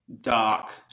dark